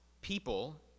people